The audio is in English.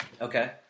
Okay